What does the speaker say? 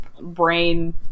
brain